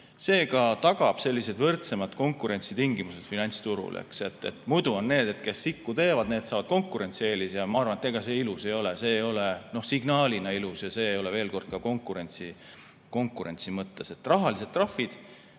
see tagab sellised võrdsemad konkurentsitingimused finantsturul. Muidu need, kes sikku teevad, saavad konkurentsieelise, ja ma arvan, et ega see ilus ei ole. See ei ole signaalina ilus ja see ei ole hea ka konkurentsi mõttes. Rahalised trahvid,